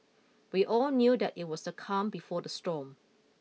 we all knew that it was the calm before the storm